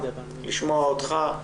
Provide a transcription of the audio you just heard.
לשמוע אותך,